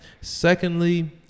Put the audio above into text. Secondly